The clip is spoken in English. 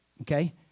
Okay